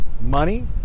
money